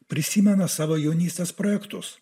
prisimena savo jaunystės projektus